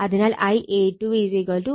അതിനാൽ Ia2 180